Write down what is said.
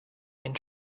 and